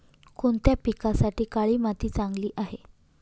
कोणत्या पिकासाठी काळी माती चांगली आहे?